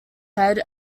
head